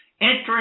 interest